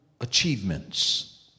achievements